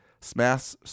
Smash –